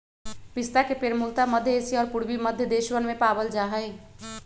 पिस्ता के पेड़ मूलतः मध्य एशिया और पूर्वी मध्य देशवन में पावल जा हई